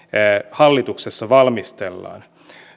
hallituksessa valmistellaan